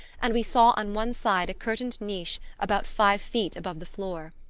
and we saw on one side a curtained niche about five feet above the floor.